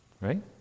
Right